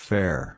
Fair